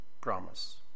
promise